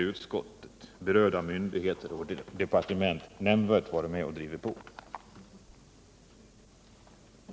Utskottet, berörda myndigheter och departement har inte varit med om att skynda på denna utveckling.